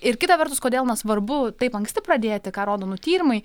ir kita vertus kodėl na svarbu taip anksti pradėti ką rodo nu tyrimai